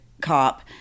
cop